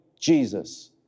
Jesus